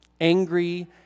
angry